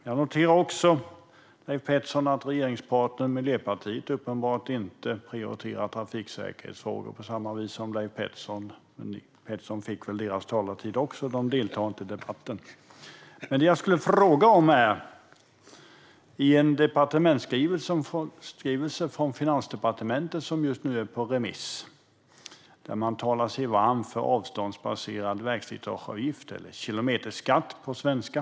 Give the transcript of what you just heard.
Jag noterar också, Leif Pettersson, att regeringspartnern Miljöpartiet uppenbart inte prioriterar trafiksäkerhetsfrågor som Leif Pettersson. Pettersson fick väl deras talartid också, för de deltar inte i debatten. I en departementsskrivelse från Finansdepartementet som just nu är ute på remiss talar man sig varm för avståndsbaserad vägslitageavgift, alltså kilometerskatt på vanlig svenska.